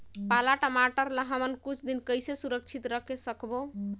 पाला टमाटर ला हमन कुछ दिन कइसे सुरक्षित रखे सकबो?